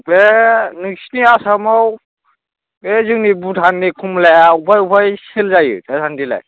बे नोंसिनि आसामाव बे जोंनि भुटाननि कमलाया अफाय अफाय चेल जायो दासान्दिलाय